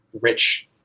rich